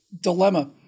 dilemma